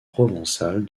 provençale